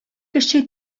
кеше